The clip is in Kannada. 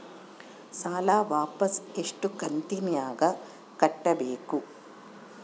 ಸಾಲ ವಾಪಸ್ ಎಷ್ಟು ಕಂತಿನ್ಯಾಗ ಕಟ್ಟಬೇಕು?